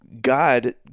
God